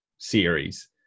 series